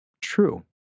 true